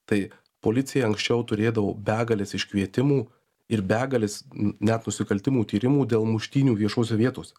tai policija anksčiau turėdavo begales iškvietimų ir begales net nusikaltimų tyrimų dėl muštynių viešose vietose